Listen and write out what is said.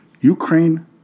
Ukraine